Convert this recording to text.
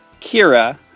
Kira